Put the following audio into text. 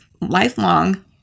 lifelong